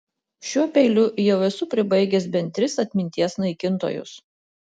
šiuo peiliu jau esu pribaigęs bent tris atminties naikintojus